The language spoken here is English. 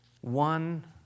one